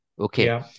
okay